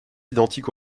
identique